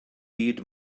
byd